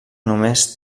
només